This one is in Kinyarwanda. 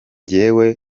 jyewe